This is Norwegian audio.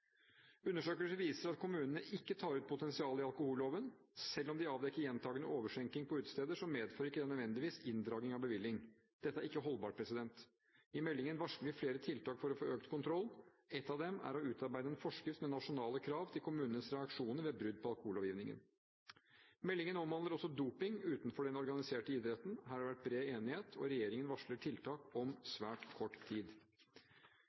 Undersøkelser viser at kommunene ikke tar ut potensialet i alkoholloven. Selv om de avdekker gjentakende overskjenking på utesteder, medfører ikke det nødvendigvis inndragning av bevilling. Dette er ikke holdbart. I meldingen varsler vi flere tiltak for å få økt kontroll. Ett av dem er å utarbeide en forskrift med nasjonale krav til kommunenes reaksjoner ved brudd på alkohollovgivningen. Meldingen omhandler også doping utenfor den organiserte idretten. Her har det vært bred enighet, og regjeringen varsler tiltak om svært kort tid.